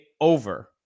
over